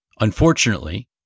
Unfortunately